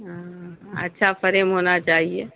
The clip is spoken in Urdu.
ہاں اچھا فریم ہونا چاہیے